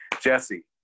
Jesse